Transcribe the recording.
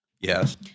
Yes